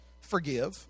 Forgive